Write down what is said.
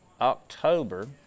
October